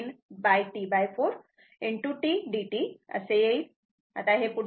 आता हे पुढचे आपल्या ला समजण्यासाठी बनवले आहे